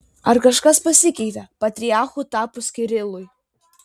ar kažkas pasikeitė patriarchu tapus kirilui